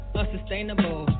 unsustainable